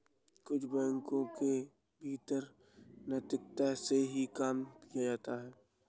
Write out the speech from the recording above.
कुछ बैंकों के भीतर नैतिकता से ही काम किया जाता है